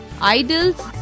idols